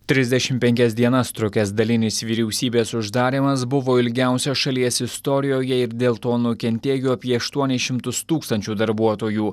trisdešim penkias dienas trukęs dalinis vyriausybės uždarymas buvo ilgiausias šalies istorijoje ir dėl to nukentėjo apie aštuonis šimtus tūkstančių darbuotojų